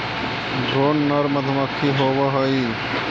drone नर मधुमक्खी होवअ हई